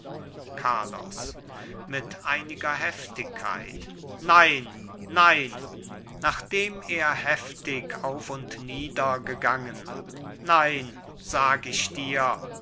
carlos mit einiger heftigkeit nein nein nachdem er heftig auf und nieder gegangen nein sag ich dir